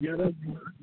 ग्यारह जुलाई